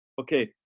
okay